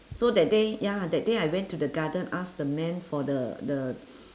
so that day ya that day I went to the garden ask the man for the the